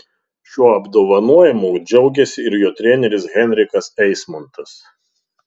šiuo apdovanojimu džiaugėsi ir jo treneris henrikas eismontas